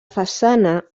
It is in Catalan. façana